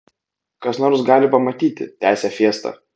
kas nors gali pamatyti tęsė fiesta